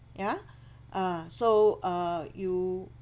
ya uh so uh you